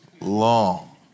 long